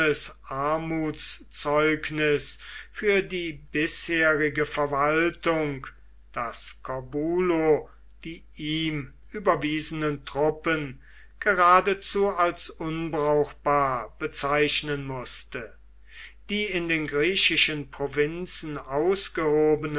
armutszeugnis für die bisherige verwaltung daß corbulo die ihm überwiesenen truppen geradezu als unbrauchbar bezeichnen mußte die in den griechischen provinzen ausgehobenen